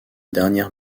dernière